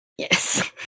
Yes